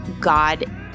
God